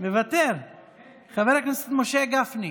חברי הכנסת, נכון,